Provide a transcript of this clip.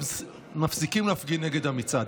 מפסיקים להפגין נגד המצעד.